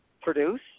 produce